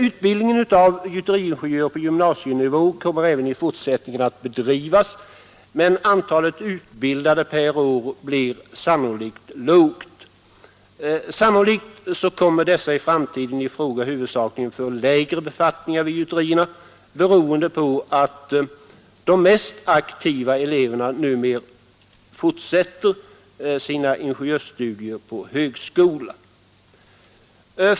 Utbildningen av gjuteriingenjörer på gymnasienivå kommer även i fortsättningen att bedrivas, men antalet utbildade per år blir sannolikt lågt. Troligen kommer dessa i framtiden i fråga huvudsakligen för lägre befattningar vid gjuterierna, beroende på att de mest aktiva eleverna numera fortsätter sina ingenjörsstudier på högskola.